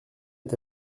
est